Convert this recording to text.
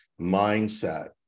mindset